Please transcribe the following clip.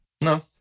No